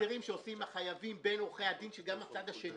יש הסדרים שעושים לחייבים בין עורכי הדין שגם הצד שני